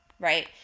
right